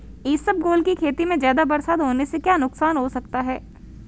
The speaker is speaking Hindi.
इसबगोल की खेती में ज़्यादा बरसात होने से क्या नुकसान हो सकता है?